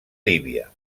líbia